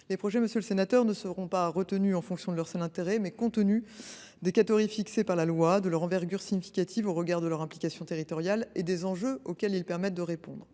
Les projets ne seront pas retenus en fonction de leur seul intérêt, mais tiendront compte des catégories fixées par la loi, de leur envergure significative au regard de leurs implications territoriales, ainsi que des enjeux auxquels ils permettent de répondre.